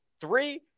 three